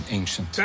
ancient